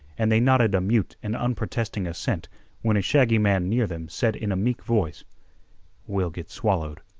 and they nodded a mute and unprotesting assent when a shaggy man near them said in a meek voice we'll git swallowed.